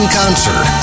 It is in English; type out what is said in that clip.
concert